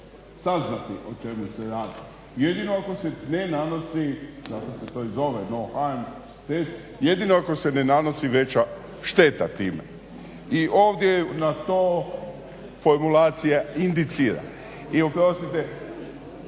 saznati o čemu se radi, jedino ako se ne nanosi, zato se to i zove…/Govornik se ne razumije/… jedino ako se ne nanosi veća šteta tim i ovdje na to formulacija indicira. I oprostite